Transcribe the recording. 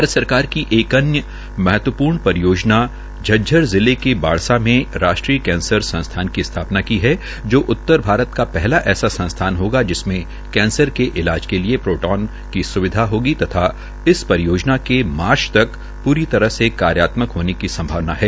भारत सरकार की एक अन्य महत्व र्ण रियोजना झज्जर जिले के बाढ़सा में राष्ट्रीय कैंसर संस्थान की स्था ना है जो उत्तर भारत का हला ऐसा संस्थान होगा जिसमें कैंसर के ईलाज के लिये प्रोट्रोन की सुविधा होगी तथा इस रियोजना के मार्च तक ूरी तरह से कार्यात्मक होने की संभावना है